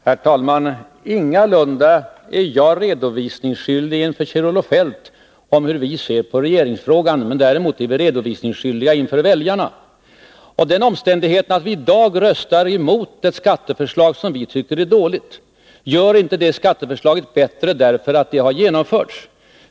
Herr talman! Ingalunda är jag redovisningsskyldig inför Kjell-Olof Feldt om hur vi ser på regeringsfrågan. Däremot är vi redovisningsskyldiga inför väljarna. Den omständigheten att vi i dag röstar emot det skatteförslag som vi tycker är dåligt gör inte det skatteförslaget bättre därför att det har genomförts.